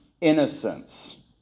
innocence